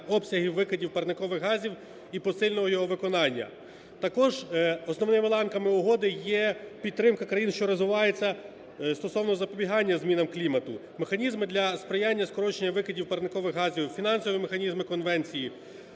обсягів викидів парникових газів і посильного його виконання. Також основними ланками угоди є підтримка країн, що розвиваються, стосовно запобігання змінам клімату, механізми для сприяння скороченню викидів парникових газів, фінансові механізми конвенції.